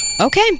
Okay